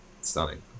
Stunning